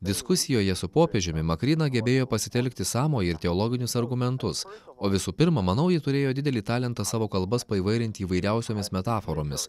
diskusijoje su popiežiumi makryna gebėjo pasitelkti sąmojį ir teologinius argumentus o visų pirma manau ji turėjo didelį talentą savo kalbas paįvairinti įvairiausiomis metaforomis